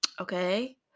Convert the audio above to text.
Okay